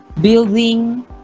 building